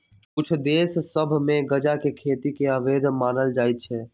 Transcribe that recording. कुछ देश सभ में गजा के खेती के अवैध मानल जाइ छै